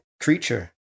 creature